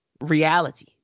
reality